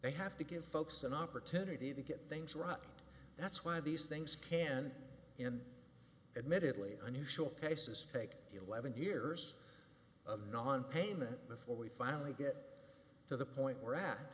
they have to give folks an opportunity to get things right and that's why these things can in admittedly unusual cases take eleven years of nonpayment before we finally get to the point we're at